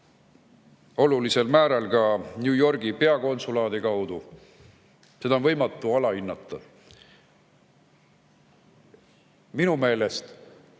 olulisel määral ka New Yorgi peakonsulaadi kaudu, on võimatu ülehinnata. Minu meelest